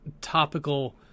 topical